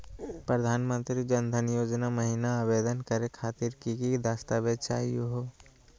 प्रधानमंत्री जन धन योजना महिना आवेदन करे खातीर कि कि दस्तावेज चाहीयो हो?